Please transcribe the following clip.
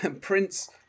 Prince